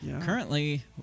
Currently